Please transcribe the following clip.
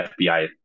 FBI